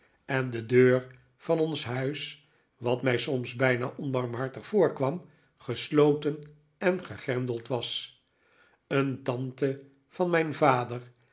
en de deur van ons huis wat mij soms bijna onbarmhartig voorkwam gesloten en gegrendeld was een tante van mijn vader